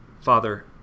Father